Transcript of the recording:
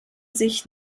sich